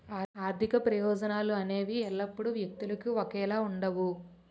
ఆర్థిక ప్రయోజనాలు అనేవి ఎల్లప్పుడూ వ్యక్తులకు ఒకేలా ఉండవు